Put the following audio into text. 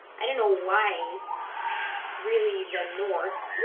i don't know why, it's really the north,